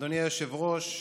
אדוני היושב-ראש,